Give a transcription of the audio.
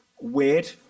weird